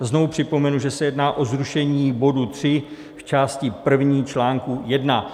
Znovu připomenu, že se jedná o zrušení bodu 3 v části první článku 1.